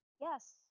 Yes